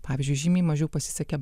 pavyzdžiui žymiai mažiau pasisekė